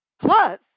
Plus